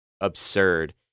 absurd